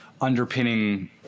underpinning